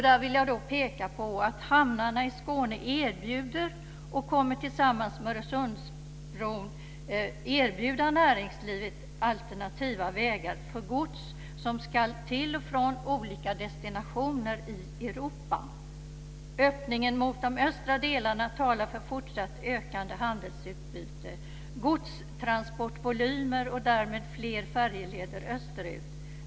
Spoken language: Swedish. Där vill jag peka på att hamnarna i Skåne erbjuder och tillsammans med Öresundsbron kommer att erbjuda näringslivet alternativa vägar för gods som ska till och från olika destinationer i Europa. Öppningen mot de östra delarna talar för fortsatt ökande handelsutbyte, godstransportvolymer och därmed fler färjeleder österut.